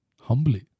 Humbly